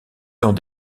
dans